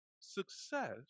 success